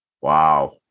Wow